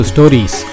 Stories